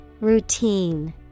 Routine